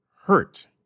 hurt